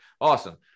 Awesome